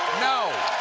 no!